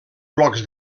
blocs